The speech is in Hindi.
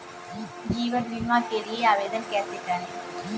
जीवन बीमा के लिए आवेदन कैसे करें?